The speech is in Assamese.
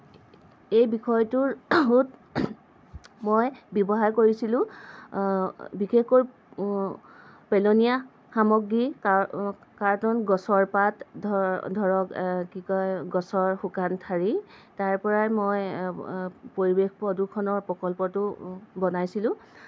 এই বিষয়টোত মই ব্যৱহাৰ কৰিছিলোঁ বিশেষকৈ পেলনীয়া সামগ্ৰী কাৰ কাৰ্টন গছৰ পাত ধৰ ধৰক কি কয় গছৰ শুকান ঠাৰি তাৰ পৰাই মই পৰিৱেশ প্ৰদূষণৰ প্ৰকল্পটো বনাইছিলোঁ